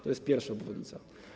To jest pierwsza obwodnica.